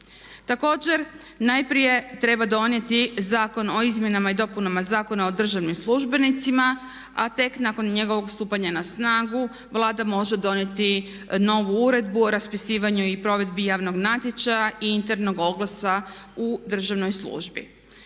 Također najprije treba donijeti Zakon o izmjenama i dopunama Zakona o državnim službenicima a tek nakon njegovo stupanja na snagu Vlada može donijeti novu Uredbu o raspisivanju i provedbi javnog natječaja i internog oglasa u državnoj službi.